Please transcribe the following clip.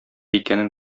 икәнен